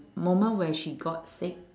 moment where she got sick